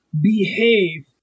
behave